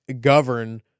govern